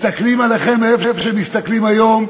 מסתכלים עליכם מאיפה שהם מסתכלים היום,